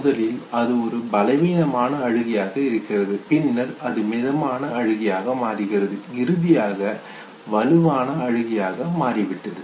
முதலில் அது ஒரு பலவீனமான அழுகையாக இருக்கிறது பின்னர் அது மிதமான அழுகையாக மாறுகிறது இறுதியாக வலுவான அழுகையாக மாறிவிட்டது